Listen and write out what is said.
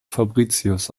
fabricius